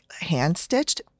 hand-stitched